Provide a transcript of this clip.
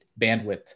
bandwidth